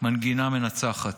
מנגינה מנצחת.